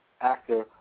actor